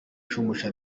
shumbusho